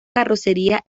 carrocería